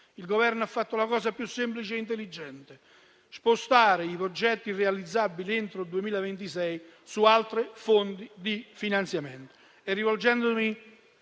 Il Governo ha fatto la cosa più semplice e intelligente: spostare i progetti realizzabili entro il 2026 su altre fonti di finanziamento.